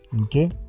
Okay